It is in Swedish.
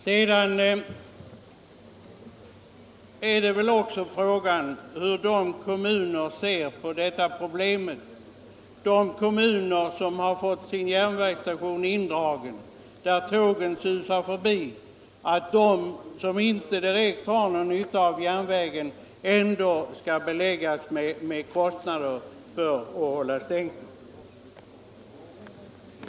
Frågan är väl hur de kommuner ser på detta problem som har fått sin järnvägsstation indragen. Tågen susar förbi, och de har inte någon direkt nytta av järnvägen, men de skall beläggas med kostnader för att hålla stängsel.